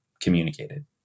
communicated